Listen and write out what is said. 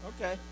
Okay